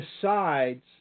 decides